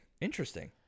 Interesting